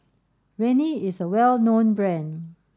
Rene is a well known brand